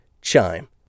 Chime